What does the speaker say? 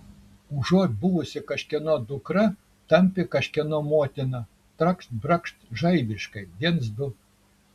užuot buvusi kažkieno dukra tampi kažkieno motina trakšt brakšt žaibiškai viens du